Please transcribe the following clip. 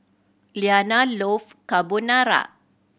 Iyanna love Carbonara